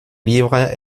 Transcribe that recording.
livres